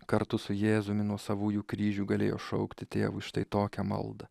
kartu su jėzumi nuo savųjų kryžių galėjo šaukti tėvui štai tokią maldą